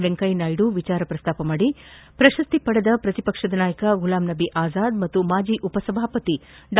ವೆಂಕಯ್ಯನಾಯ್ಡು ವಿಷಯ ಪ್ರಸ್ತಾಪಿಸಿ ಪ್ರಶಸ್ತಿ ಪಡೆದ ಪ್ರತಿಪಕ್ಷದ ನಾಯಕ ಗುಲಾಂ ನಬಿ ಆಜಾದ್ ಮತ್ತು ಮಾಜಿ ಉಪಸಭಾಪತಿ ಡಾ